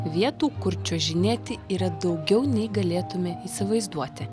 vietų kur čiuožinėti yra daugiau nei galėtume įsivaizduoti